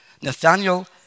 Nathaniel